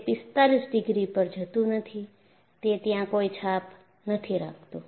તે 45 ડિગ્રી પર જતું નથી તે ત્યાં કોઈ છાપ નથી રાખતું